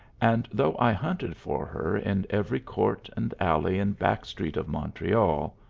and, though i hunted for her in every court and alley and back street of montreal,